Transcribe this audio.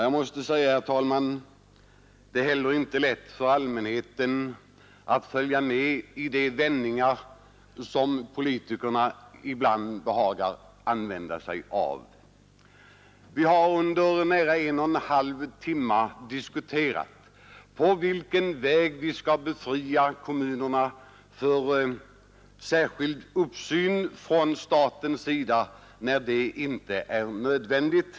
Jag måste säga, herr talman, att det inte är lätt för allmänheten att följa med i de vändningar som politikerna ibland behagar använda sig av. Vi har under nära en och en halv timme diskuterat på vilken väg vi skall befria kommunerna från särskild uppsyn från statens sida när det inte är nödvändigt.